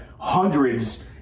hundreds